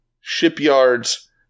shipyards